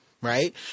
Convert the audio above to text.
right